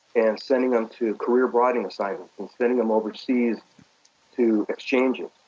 and sending them to career broadening assignments, and sending them overseas to exchanges.